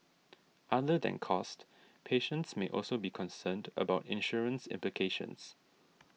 other than cost patients may also be concerned about insurance implications